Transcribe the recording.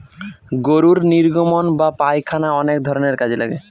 গরুর নির্গমন বা পায়খানা অনেক ধরনের কাজে লাগে